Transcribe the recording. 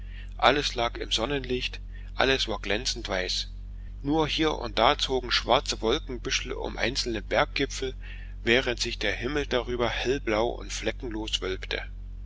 alles lag im sonnenlicht alles war glänzend weiß nur hier und da zogen schwarze wolkenbüschel um einzelne berggipfel während sich der himmel darüber hellblau und fleckenlos wölbte